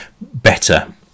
better